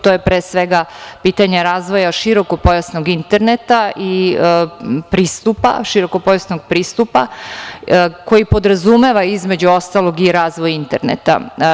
To je, pre svega, pitanje razvoja širokopojasnog interneta i pristupa, širokopojasnog pristupa koji podrazumeva, između ostalog, i razvoj interneta.